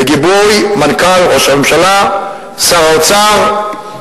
בגיבוי מנכ"ל משרד ראש הממשלה, שר האוצר,